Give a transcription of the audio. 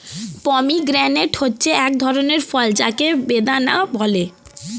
pomegranate হচ্ছে এক ধরনের ফল যাকে বেদানা বলে